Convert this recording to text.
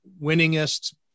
winningest